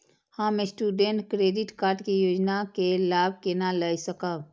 हम student credit card के योजना के लाभ केना लय सकब?